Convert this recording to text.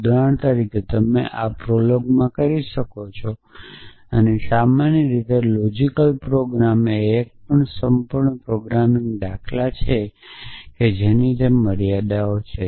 ઉદાહરણ તરીકે તમે આ પ્રોલોગમાં કરી શકો છો અને સામાન્ય રીતે લોજિકલ પ્રોગ્રામિંગ એ પણ એક સંપૂર્ણ પ્રોગ્રામિંગ દાખલા છે જેની તેમાં મર્યાદાઓ છે